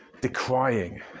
decrying